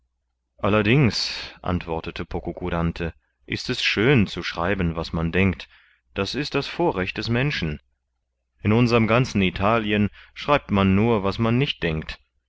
allerdings antwortete pococurante ist es schön zu schreiben was man denkt das ist das vorrecht des menschen in unserm ganzen italien schreibt man nur was man nicht denkt